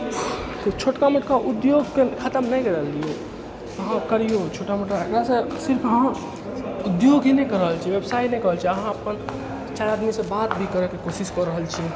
छोटका मोटका उद्योगके खतम नहि करैलए दिऔ अहाँ करिऔ छोटा मोटा एकरासँ सिर्फ अहाँ उद्योग ही नहि कऽ रहल छी बेबसाइ ही नहि कऽ रहल छिए अहाँ अपन चारि आदमीसँ बात भी करैके कोशिश कऽ रहल छिए